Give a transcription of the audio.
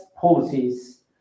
policies